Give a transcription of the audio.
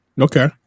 Okay